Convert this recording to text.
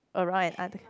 alright